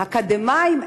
אקדמאים,